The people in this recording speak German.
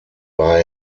war